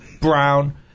Brown